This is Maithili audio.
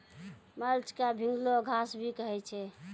मल्च क भींगलो घास भी कहै छै